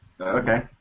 okay